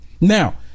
Now